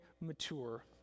mature